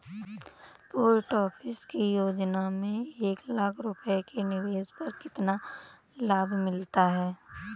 Post office की योजना में एक लाख रूपए के निवेश पर कितना लाभ मिलता है?